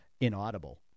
inaudible